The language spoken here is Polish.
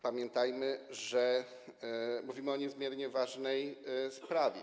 Pamiętajmy, że mówimy o niezmiernie ważnej sprawie.